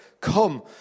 come